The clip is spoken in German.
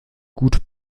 gut